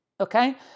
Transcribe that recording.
okay